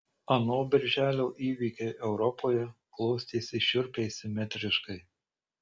ano birželio įvykiai europoje klostėsi šiurpiai simetriškai